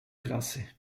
klasy